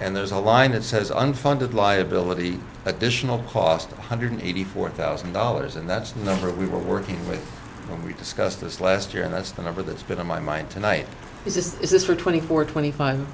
and there's a line that says unfunded liability additional cost one hundred eighty four thousand dollars and that's the number we were working on we discussed this last year and that's the number that's been on my mind tonight is this is this for twenty four twenty five